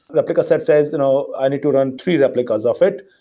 replica set says, you know i need to run three replicas of it.